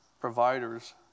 providers